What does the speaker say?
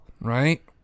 right